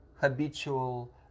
habitual